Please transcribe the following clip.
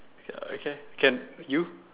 ya okay can you